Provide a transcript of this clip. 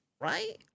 Right